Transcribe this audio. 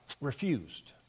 refused